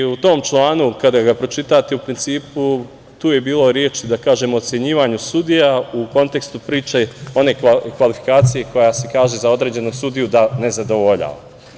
U tom članu, kada ga pročitate, u principu je bilo reči, da kažem, ocenjivanje sudija u kontekstu one kvalifikacije koja se kaže za određenog sudiju da ne zadovoljava.